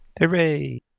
Hooray